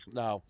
no